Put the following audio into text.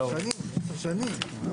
הישיבה